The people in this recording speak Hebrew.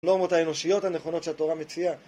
הנורמות האנושיות הנכונות שהתורה מציעה